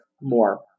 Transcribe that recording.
more